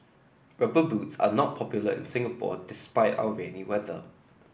rubber boots are not popular in Singapore despite our rainy weather